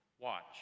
watch